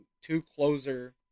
two-closer